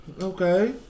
Okay